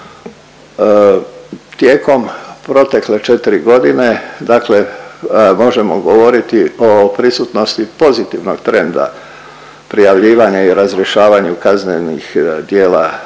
Tijekom protekle 4.g. dakle možemo govoriti o prisutnosti pozitivnog trenda prijavljivanja i razrješavanja kaznenih djela